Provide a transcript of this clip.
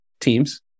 teams